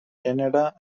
canada